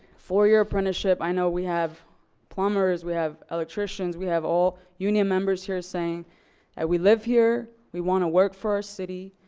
four year apprenticeship. i know we have plumbers. we have electricians. we have all union members here saying we live here. we want to work for our city.